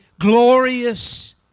glorious